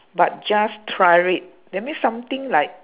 but just try it that means something like